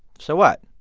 so what?